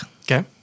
Okay